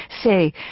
say